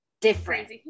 different